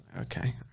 okay